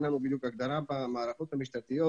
אין לנו הגדרה במערכות המשטרתיות